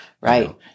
Right